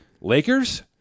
Lakers